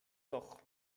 doch